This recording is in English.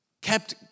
kept